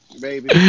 baby